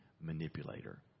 manipulator